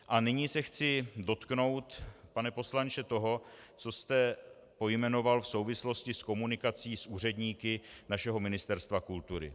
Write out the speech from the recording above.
A nyní se chci dotknout, pane poslanče, toho, co jste pojmenoval v souvislosti s komunikací s úředníky našeho Ministerstva kultury.